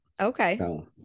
Okay